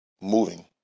moving